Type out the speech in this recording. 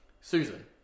susan